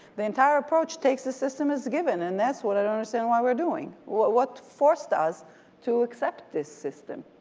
the entire approach takes the system is given and that's what i don't understand why we're doing. what what forced us to accept this system?